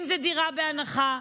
אם זה דירה בהנחה,